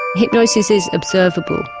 hypnosis is observable,